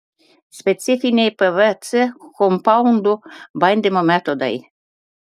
specifiniai pvc kompaundų bandymo metodai